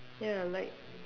ya like